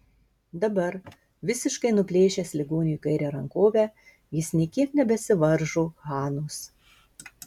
dabar visiškai nuplėšęs ligoniui kairę rankovę jis nė kiek nebesivaržo hanos